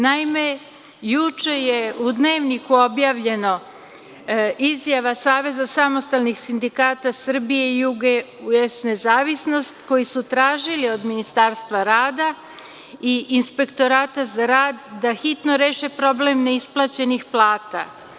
Naime, juče je u Dnevniku objavljena izjava Saveza samostalnih sindikata Srbije i Sindikata Nezavisnost koji su tražili od Ministarstva rada i Inspektorata za rad da hitno reše problem neisplaćenih plata.